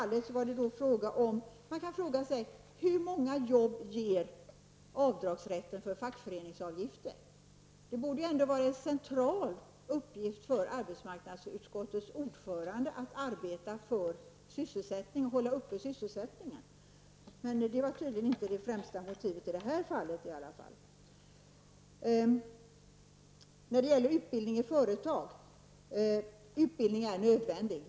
Man kan fråga sig hur många jobb avdragsrätten för fackföreningsavgifter ger? Det borde vara en central uppgift för arbetsmarknadsutskottets ordförande att arbeta för sysselsättning och hålla den på en hög nivå. Men det var tydligen inte det främsta motivet i det här fallet. När det gäller utbildning i företag vill jag säga att utbildning är nödvändig.